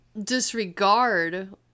disregard